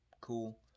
cool